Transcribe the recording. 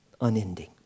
unending